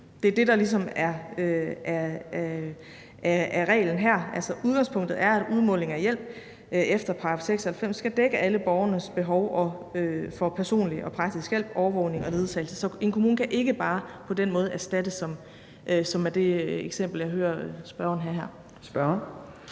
Det er det, der ligesom er reglen her. Altså, udgangspunktet er, at udmålingen af hjælp efter § 96 skal dække alle borgerens behov for personlig og praktisk hjælp, overvågning og ledsagelse. Så i forhold til det eksempel, som jeg hører spørgeren komme med